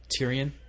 Tyrion